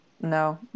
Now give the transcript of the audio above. No